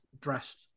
dressed